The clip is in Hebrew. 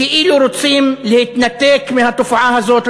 כאילו רוצים להתנתק מהתופעה הזאת,